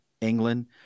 England